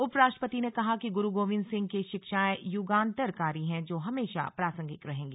उपराष्ट्रपति ने कहा कि गुरु गोविन्द सिंह की शिक्षाएं युगांतरकारी हैं जो हमेशा प्रासंगिक रहेंगी